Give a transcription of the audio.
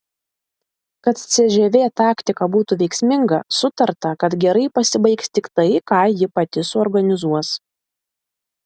kad cžv taktika būtų veiksminga sutarta kad gerai pasibaigs tik tai ką ji pati suorganizuos